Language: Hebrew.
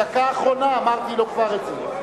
הדקה האחרונה, אמרתי לו כבר את זה.